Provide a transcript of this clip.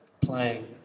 playing